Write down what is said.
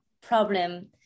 problem